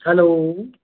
hello